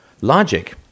Logic